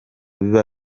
biba